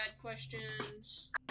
questions